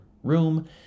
room